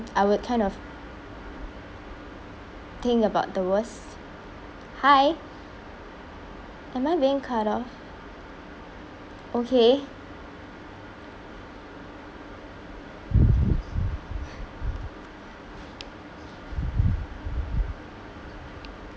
I would kind of think about the worst hi am I being cut off okay